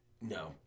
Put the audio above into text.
no